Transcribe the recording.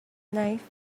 knife